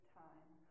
time